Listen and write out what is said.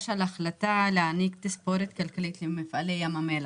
על ההחלטה להעניק תספורת כלכלית למפעלי ים המלח.